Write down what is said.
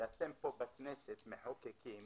שאתם פה בכנסת מחוקקים